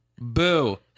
boo